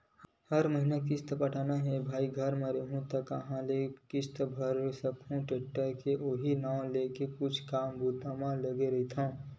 हर महिना किस्ती पटाना हे भई घर म रइहूँ त काँहा ले किस्ती भरे सकहूं टेक्टर के उहीं नांव लेके कुछु काम बूता म लगे रहिथव